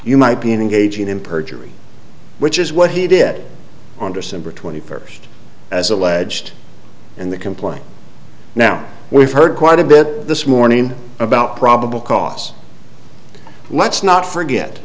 you might be engaging in perjury which is what he did on december twenty first as alleged in the complaint now we've heard quite a bit this morning about probable cause let's not forget